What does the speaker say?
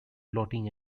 floating